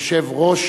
יושב-ראש